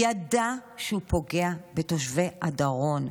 ידע שהוא פוגע בתושבי הדרום,